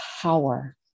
power